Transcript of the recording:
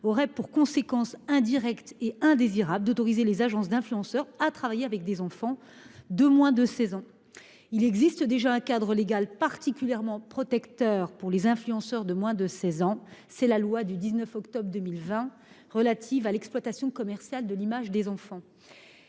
aurait pour conséquence indirecte et indésirable d'autoriser les agences d'influenceurs à travailler avec des enfants de moins de 16 ans. Il existe déjà un cadre légal particulièrement protecteur pour les influenceurs de moins de 16 ans : c'est la loi du 19 octobre 2020 visant à encadrer l'exploitation commerciale de l'image d'enfants